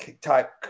type